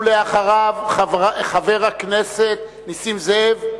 ואחריו, חבר הכנסת נסים זאב.